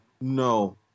no